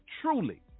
truly